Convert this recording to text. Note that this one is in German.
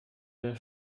der